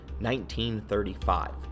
1935